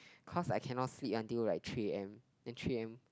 cause I cannot sleep until like three a_m then three a_m